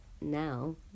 now